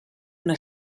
una